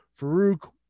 Farouk